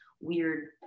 weird